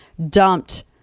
Dumped